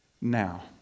Now